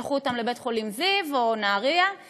שלך לאויבים מרים, שדמם מותר ומותר לפגוע בהם.